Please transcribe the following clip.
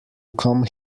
come